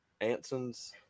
Anson's